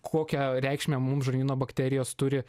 kokią reikšmę mums žarnyno bakterijos turi